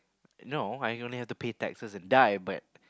no I only have to pay taxes and die but